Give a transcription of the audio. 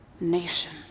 nation